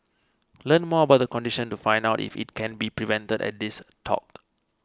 learn more about the condition and find out if it can be prevented at this talk